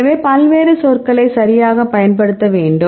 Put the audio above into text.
எனவே பல்வேறு சொற்களை சரியாகப் பயன்படுத்த வேண்டும்